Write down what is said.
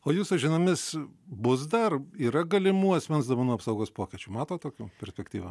o jūsų dienomis bus dar yra galimų asmens duomenų apsaugos pokyčių matote tokių perspektyvą